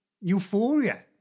euphoria